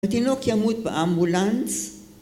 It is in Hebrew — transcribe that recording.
‫התינוק ימות באמבולנס.